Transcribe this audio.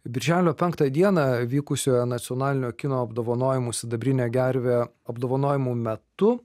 birželio penktą dieną vykusioje nacionalinio kino apdovanojimų sidabrinė gervė apdovanojimų metu